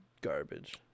garbage